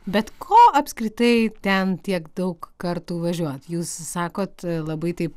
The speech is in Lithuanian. bet ko apskritai ten tiek daug kartų važiuot jūs sakot labai taip